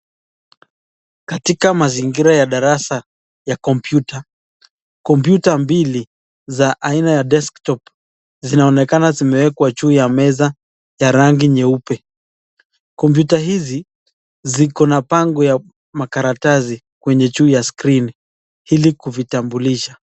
Katika mazingira ya darasa ya kompyuta, kompyuta mbili za aina ya desktop zinaonekana zimewekwa juu ya meza ya rangi nyeupe. Kompyuta hizi ziko na bango ya makaratasi kwenye juu ya skrini ili kuvitambulisha.